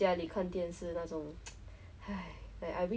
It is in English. mm good friends have some